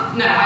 no